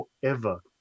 forever